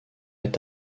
est